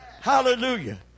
Hallelujah